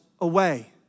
away